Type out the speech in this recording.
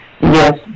Yes